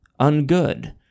ungood